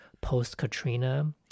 post-Katrina